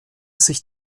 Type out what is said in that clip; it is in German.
sich